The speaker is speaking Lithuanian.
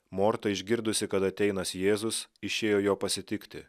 morta išgirdusi kad ateinąs jėzus išėjo jo pasitikti